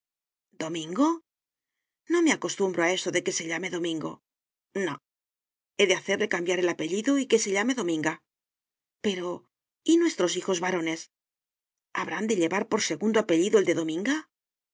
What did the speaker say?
domingo no me acostumbro a eso de que se llame domingo no he de hacerle cambiar el apellido y que se llame dominga pero y nuestros hijos varones habrán de llevar por segundo apellido el de dominga